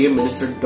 minister